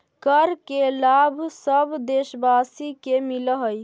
कर के लाभ सब देशवासी के मिलऽ हइ